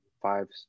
five